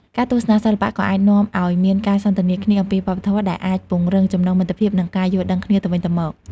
ការទស្សនាសិល្បៈក៏អាចនាំឲ្យមានការសន្ទនាគ្នាអំពីវប្បធម៌ ដែលអាចពង្រឹងចំណងមិត្តភាព និងការយល់ដឹងគ្នាទៅវិញទៅមក។